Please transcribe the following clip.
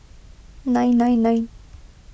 nine nine nine